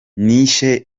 nishe